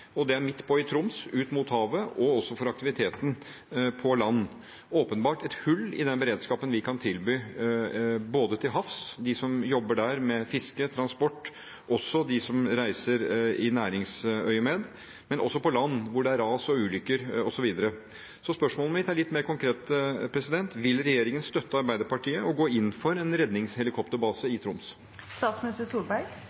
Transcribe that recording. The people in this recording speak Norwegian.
er midt i Troms – ut mot havet og også for aktiviteten på land. Det er åpenbart et hull i den beredskapen vi kan tilby til havs, for både dem som jobber der med fiske, transport og dem som reiser i næringsøyemed, men også på land hvor det skjer ras og ulykker osv. Spørsmålet mitt er litt mer konkret: Vil regjeringen støtte Arbeiderpartiet og gå inn for en redningshelikopterbase